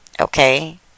okay